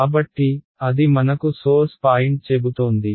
కాబట్టి అది మనకు సోర్స్ పాయింట్ చెబుతోంది